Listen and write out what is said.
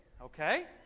Okay